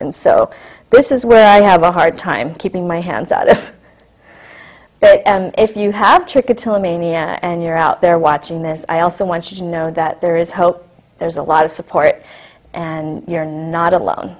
and so this is where i have a hard time keeping my hands out if you have chikatilo mania and you're out there watching this i also want you to know that there is hope there's a lot of support and you're not alone